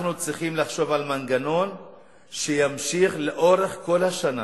אנחנו צריכים לחשוב על מנגנון שימשיך לאורך כל השנה